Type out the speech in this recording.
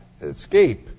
escape